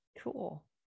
Cool